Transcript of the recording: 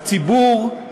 הציבור,